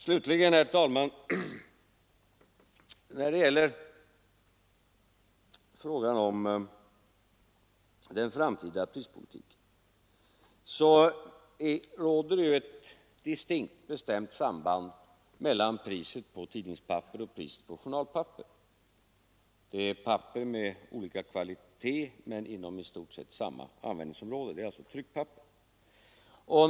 Slutligen, herr talman, råder det när det gäller frågan om den framtida prispolitiken ju ett distinkt samband mellan priset på tidningspapper och priset på journalpapper. Det är papper med olika kvalitet men med i stort sett samma användningsområde. Det är alltså fråga om tryckpapper.